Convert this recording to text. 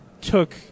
took